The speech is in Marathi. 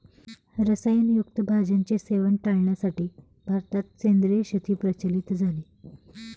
रसायन युक्त भाज्यांचे सेवन टाळण्यासाठी भारतात सेंद्रिय शेती प्रचलित झाली